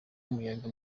n’umuyaga